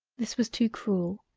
this was too cruel,